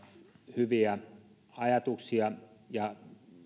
hyviä ajatuksia ja